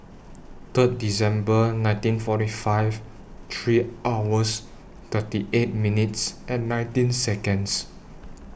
Third December nineteen forty five three hours thirty eight minutes and nineteen Seconds